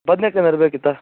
ಬದ್ನೇಕಾಯಿ ಏನಾದರು ಬೇಕಿತ್ತಾ